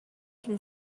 can